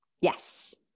Yes